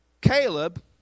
Caleb